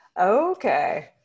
Okay